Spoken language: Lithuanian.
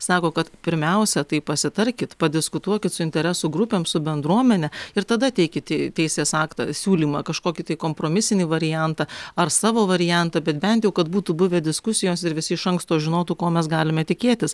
sako kad pirmiausia tai pasitarkit padiskutuokit su interesų grupėm su bendruomene ir tada teikit teisės aktą siūlymą kažkokį tai kompromisinį variantą ar savo variantą bet bent jau kad būtų buvę diskusijos ir visi iš anksto žinotų ko mes galime tikėtis